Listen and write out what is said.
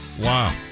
Wow